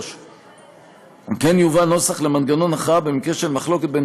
3. יובא נוסח לעניין מנגנון הכרעה במקרה של מחלוקת בין